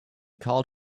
called